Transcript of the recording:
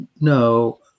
No